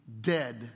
dead